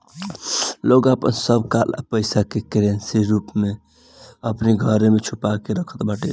लोग आपन सब काला पईसा के करेंसी रूप में अपनी घरे में छुपा के रखत बाटे